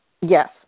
Yes